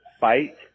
fight